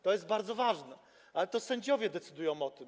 To jest bardzo ważne, ale to sędziowie decydują o tym.